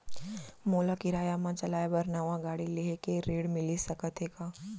मोला किराया मा चलाए बर नवा गाड़ी लेहे के ऋण मिलिस सकत हे का?